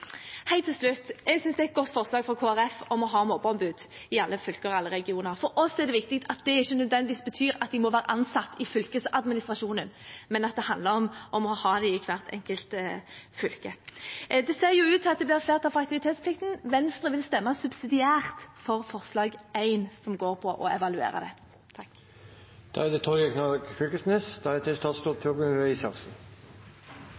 til slutt: Jeg synes det er et godt forslag fra Kristelig Folkeparti om å ha mobbeombud i alle fylker og alle regioner. For oss er det viktig at det ikke nødvendigvis betyr at de må være ansatt i fylkesadministrasjonen, men at det handler om å ha dem i hvert enkelt fylke. Det ser ut til at det blir flertall for aktivitetsplikten. Venstre vil subsidiært stemme for forslag nr. 1 i sak nr. 5, som handler om å evaluere det. Skolen er